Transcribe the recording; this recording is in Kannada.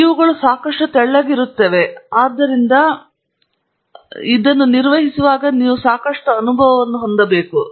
ಇವುಗಳು ಸಾಕಷ್ಟು ತೆಳ್ಳಗಿರುತ್ತವೆ ಆದ್ದರಿಂದ ನೀವು ನಿರ್ವಹಿಸುತ್ತಿರುವಿರಿ ಎಂಬುದರ ಬಗ್ಗೆ ನೀವು ಸಾಕಷ್ಟು ಅನುಭವವನ್ನು ಹೊಂದಬಹುದು